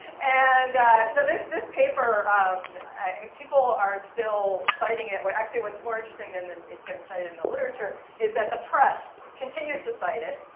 and so this this paper um and people are still citing it. but actually, what's more interesting than it's getting cited in the literature is that the press continues to cite it,